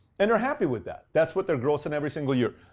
and they're happy with that. that's what they're grossing every single year.